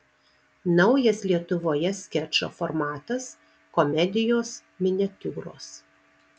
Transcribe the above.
naujas lietuvoje skečo formatas komedijos miniatiūros